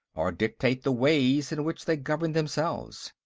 or dictate the ways in which they govern themselves.